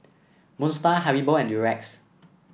Moon Star Haribo and Durex